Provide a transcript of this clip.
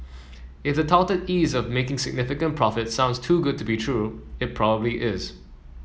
if the touted ease of making significant profits sounds too good to be true it probably is